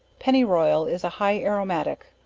penny royal, is a high aromatic,